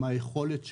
מהיכולת שלו.